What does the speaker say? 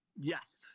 Yes